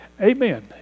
Amen